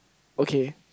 okay